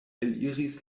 eliris